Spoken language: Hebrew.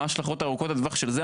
מה השלכות ארוכות הטווח של זה?